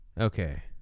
Okay